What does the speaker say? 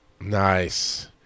Nice